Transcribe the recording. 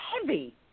heavy